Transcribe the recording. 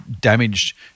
damaged